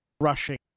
rushing